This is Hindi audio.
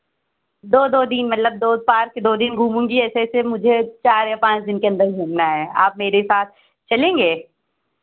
दो दो दिन मतलब दो पार्क दो दिन घूमूँगी ऐसे ऐसे मुझे चार या पाँच दिन के अंदर घूमना है आप मेरे साथ चलेंगे